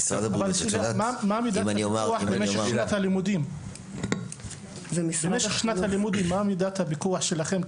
אבל במשך שנת הלימודים מה מידת הפיקוח שלכם,